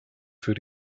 für